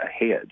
ahead